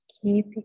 Keep